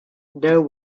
there